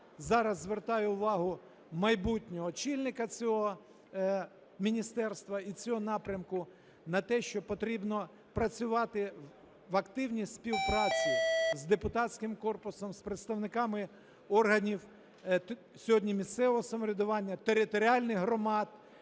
зараз звертаю увагу майбутнього очільника цього міністерства і цього напрямку на те, що потрібно працювати в активній співпраці з депутатським корпусом, з представниками органів сьогодні місцевого самоврядування, територіальних громад,